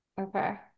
Okay